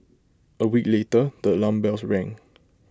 A week later the alarm bells rang